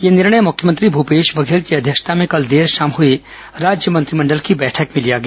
यह निर्णय मुख्यमंत्री भूपेश बघेल की अध्यक्षता में कल देर शाम हई राज्य मंत्रिमंडल की बैठक में लिया गया